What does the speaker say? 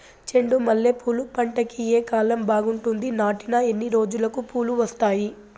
చెండు మల్లె పూలు పంట కి ఏ కాలం బాగుంటుంది నాటిన ఎన్ని రోజులకు పూలు వస్తాయి